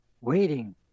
Waiting